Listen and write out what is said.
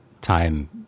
time